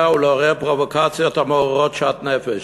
ולעורר פרובוקציות המעוררות שאט-נפש.